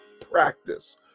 practice